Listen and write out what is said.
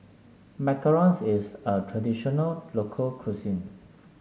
Macarons is a traditional local cuisine